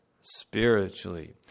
spiritually